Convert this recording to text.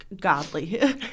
godly